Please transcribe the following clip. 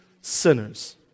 sinners